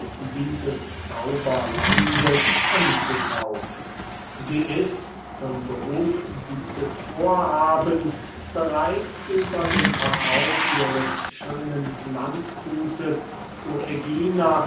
dieses zauberlandes anzukaufen sie ist zum behuf dieses vorhabens bereits über den verkauf ihres schönen landgutes zu ägina